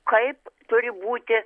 kaip turi būti